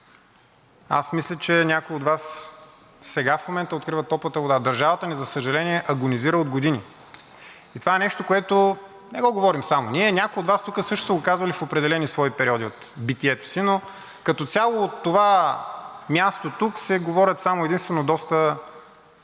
ли. Мисля, че някои от Вас сега в момента откриват топлата вода. Държавата ни, за съжаление, агонизира от години. Това е нещо, което не го говорим само ние, някои от Вас тук също са го казвали в определени свои периоди от битието си, но като цяло от това място тук се говорят само и единствено доста